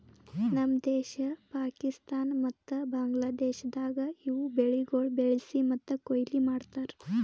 ನಮ್ ದೇಶ, ಪಾಕಿಸ್ತಾನ ಮತ್ತ ಬಾಂಗ್ಲಾದೇಶದಾಗ್ ಇವು ಬೆಳಿಗೊಳ್ ಬೆಳಿಸಿ ಮತ್ತ ಕೊಯ್ಲಿ ಮಾಡ್ತಾರ್